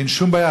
אין שום בעיה.